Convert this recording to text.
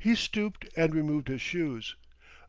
he stooped and removed his shoes